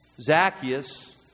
Zacchaeus